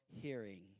hearing